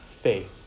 faith